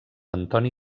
antoni